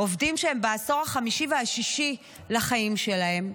שהם בעשור החמישי והשישי לחיים שלהם,